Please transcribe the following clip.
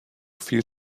viel